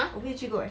我没有去过 leh